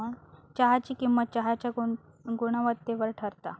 चहाची किंमत चहाच्या गुणवत्तेवर ठरता